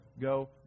go